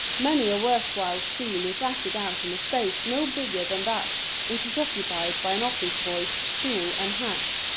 many a worth-while scene is acted out in a space no bigger than that which is occupied by an office boy's stool and hat.